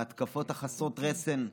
בהתקפות חסרות רסן,